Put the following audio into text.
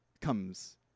comes